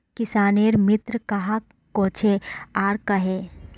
किसानेर मित्र कहाक कोहचे आर कन्हे?